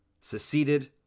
seceded